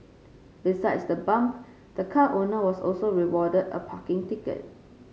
besides the bump the car owner was also rewarded a parking ticket